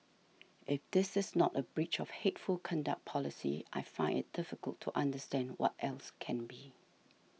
if this is not a breach of hateful conduct policy I find it difficult to understand what else can be